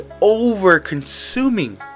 over-consuming